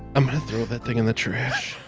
i'm gonna throw that thing in the trash.